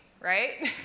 right